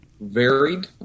varied